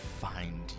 find